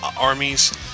armies